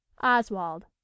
Oswald